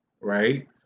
right